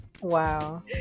Wow